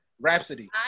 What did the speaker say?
Rhapsody